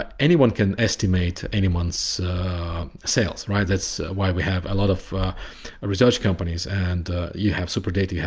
but anyone can estimate anyone's sales, right? that's why we have a lot of research companies. and you have super data, yeah